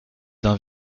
d’un